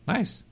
Nice